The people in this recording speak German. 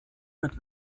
mit